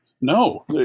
no